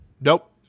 Nope